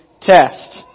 test